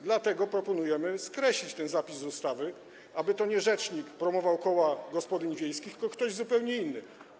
Dlatego proponujemy skreślić ten zapis z ustawy, aby to nie rzecznik promował koła gospodyń wiejskich, tylko ktoś zupełnie inny.